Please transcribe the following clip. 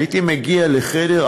הייתי מגיע לחדר,